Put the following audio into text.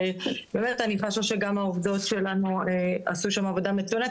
באמת אני חשה שגם העובדות שלנו עשו שם עבודה מצוינת,